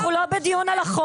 אנחנו לא בדיון על החוק,